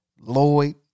Lloyd